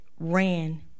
Ran